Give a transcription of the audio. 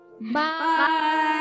Bye